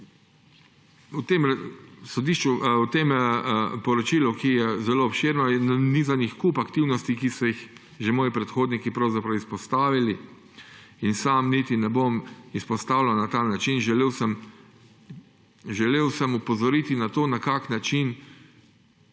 V tem poročilu, ki je zelo obširno, je nanizanih kup aktivnosti, ki so jih že moji predhodniki izpostavili, in sam niti ne bom izpostavljal na ta način. Želel sem opozoriti na to, na kakšen način